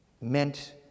meant